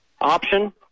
Option